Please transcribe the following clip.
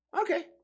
Okay